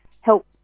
help